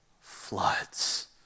floods